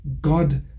God